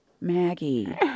Maggie